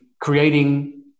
creating